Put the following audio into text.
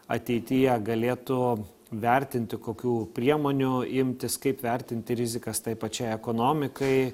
ateityje galėtų vertinti kokių priemonių imtis kaip vertinti rizikas tai pačiai ekonomikai